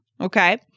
Okay